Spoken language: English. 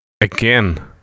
again